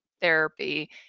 therapy